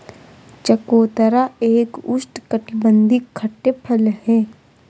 चकोतरा एक उष्णकटिबंधीय खट्टे फल है